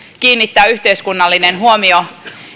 kiinnittää yhteiskunnallinen huomio